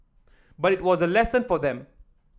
but it was a lesson for them